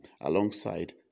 alongside